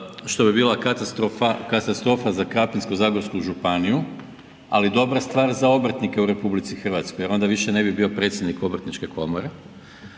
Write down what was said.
što bi bila katastrofa za Krapinsko-zagorsku županiju ali dobra stvar za obrtnike u RH jer onda više ne bi bio predsjednik Obrtničke komore,